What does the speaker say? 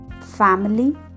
family